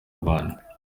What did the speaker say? rwanda